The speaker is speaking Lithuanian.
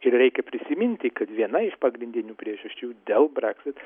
ir reikia prisiminti kad viena iš pagrindinių priežasčių dėl brexit